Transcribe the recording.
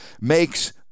makes